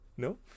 No